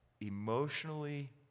emotionally